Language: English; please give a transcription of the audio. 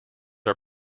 are